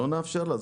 אנחנו לא נאפשר לה?